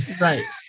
Right